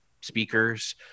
speakers